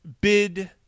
bid